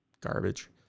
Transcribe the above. garbage